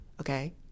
okay